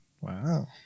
Wow